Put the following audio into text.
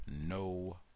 no